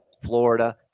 Florida